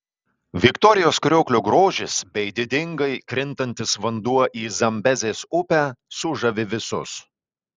viktorijos krioklio grožis bei didingai krintantis vanduo į zambezės upę sužavi visus